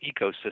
ecosystem